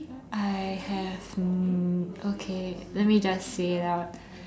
I have um okay let me just say it out